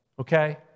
okay